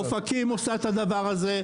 אופקים עושה את הדבר הזה.